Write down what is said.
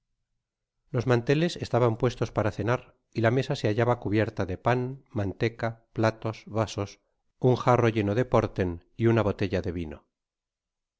los manteles estaban puestos para cenar y la mesa se hallaba cubierta ce pan manteca platos vasos un jarro lleno deporten y una botella de vino